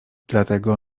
dlatego